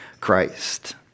Christ